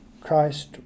Christ